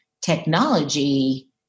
technology